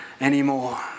anymore